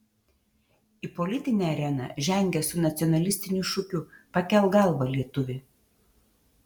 į politinę areną žengia su nacionalistiniu šūkiu pakelk galvą lietuvi